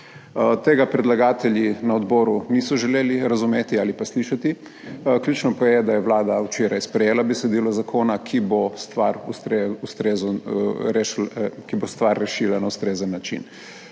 Tega predlagatelji na odboru niso želeli razumeti ali pa slišati. Ključno pa je, da je vlada včeraj sprejela besedilo zakona, ki bo stvar rešila na ustrezen način.